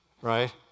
right